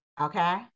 Okay